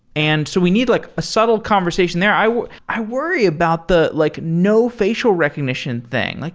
and so we need like a subtle conversation there. i i worry about the like no facial recognition thing. like